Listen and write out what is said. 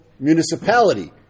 municipality